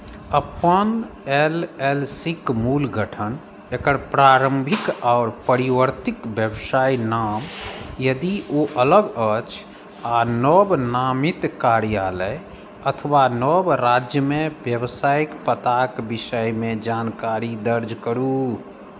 अपन L L C क मूल गठन एकर प्रारम्भिक आओर परिवर्तित व्यवसाय नाम यदि ओ अलग अछि आ नव नामित कार्यालय अथवा नव राज्यमे व्यावसायिक पताक विषयमे जानकारी दर्ज करू